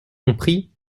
compris